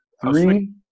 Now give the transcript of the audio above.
Three